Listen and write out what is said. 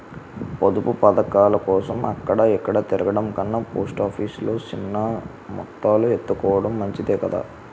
పొదుపు పదకాలకోసం అక్కడ ఇక్కడా తిరగడం కన్నా పోస్ట్ ఆఫీసు లో సిన్న మొత్తాలు ఎత్తుకోడం మంచిదే కదా